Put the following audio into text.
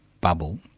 bubble